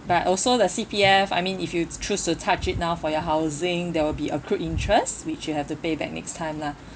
but also the C_P_F I mean if you choose to touch it now for your housing there will be accrued interest which you have to pay back next time lah